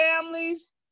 families